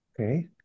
Okay